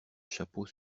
chapeau